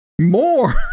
more